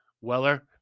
Weller